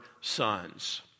sons